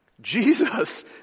Jesus